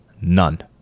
none